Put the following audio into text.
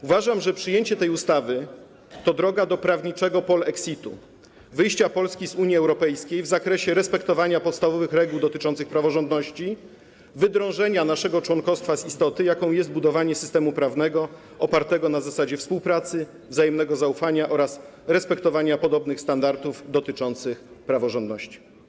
Uważam, że przyjęcie tej ustawy to droga do prawniczego polexitu - wyjścia Polski z Unii Europejskiej w zakresie respektowania podstawowych reguł dotyczących praworządności, wydrążenia naszego członkostwa z istoty, jaką jest budowanie systemu prawnego opartego na zasadzie współpracy, wzajemnego zaufania oraz respektowania podobnych standardów dotyczących praworządności.